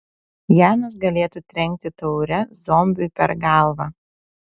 janas galėtų trenkti taure zombiui per galvą